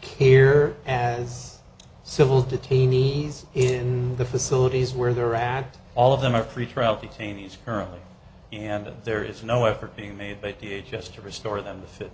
kir and civil detainees in the facilities where they're at all of them are free trial detainees currently and there is no effort being made but just to restore them to fit